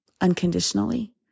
unconditionally